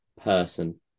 person